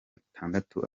atandatu